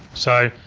so,